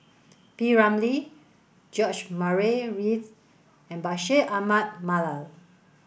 P Ramlee George Murray Reith and Bashir Ahmad Mallal